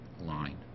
line